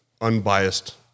unbiased